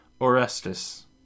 Orestes